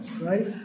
right